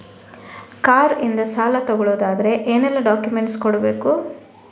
Car ಇಂದ ಸಾಲ ತಗೊಳುದಾದ್ರೆ ಏನೆಲ್ಲ ಡಾಕ್ಯುಮೆಂಟ್ಸ್ ಕೊಡ್ಬೇಕು?